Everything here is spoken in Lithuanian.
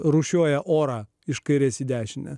rūšiuoja orą iš kairės į dešinę